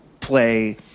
play